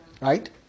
Right